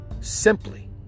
simply